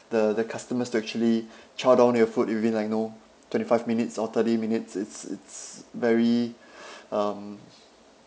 the the customers to actually chow down your food it'll be in like you know twenty five minutes or thirty minutes it's it's very um